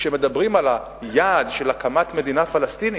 כשמדברים על היעד של הקמת מדינה פלסטינית,